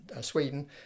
Sweden